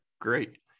great